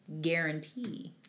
guarantee